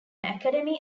academy